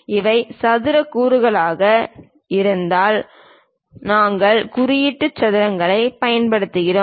இவை சதுர கூறுகளாக இருந்தால் நாங்கள் குறியீட்டு சதுரங்களைப் பயன்படுத்துகிறோம்